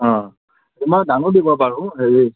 মই দামো দিব পাৰোঁ হেৰি